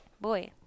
boy